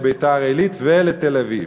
לביתר-עילית ולתל-אביב.